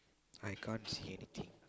I can't see anything